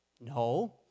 No